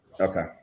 Okay